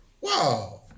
Wow